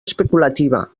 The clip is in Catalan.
especulativa